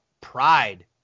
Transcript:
pride